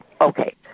okay